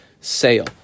sale